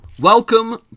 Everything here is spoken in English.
Welcome